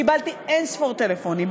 קיבלתי אין-ספור טלפונים,